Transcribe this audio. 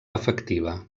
efectiva